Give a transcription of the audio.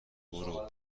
برو